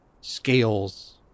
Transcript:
scales